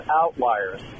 outliers